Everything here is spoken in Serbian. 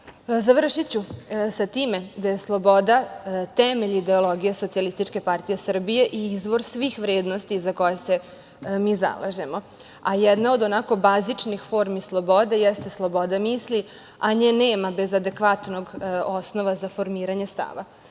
obuka. Završiću sa time da je sloboda temelj ideologije SPS i izvor svih vrednosti za koje se mi zalažemo, a jedna od onako bazičnih formi slobode jeste sloboda misli, a nje nema bez adekvatnog osnova za formiranje stava,